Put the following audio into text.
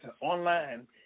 online